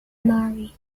marie